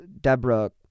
Deborah